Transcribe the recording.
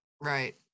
right